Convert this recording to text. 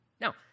now